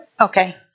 okay